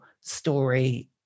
story